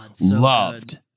loved